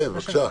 בבקשה.